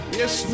yes